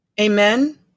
Amen